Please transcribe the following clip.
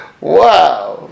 wow